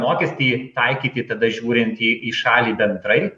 mokestį taikyti tada žiūrint į į šalį bendrai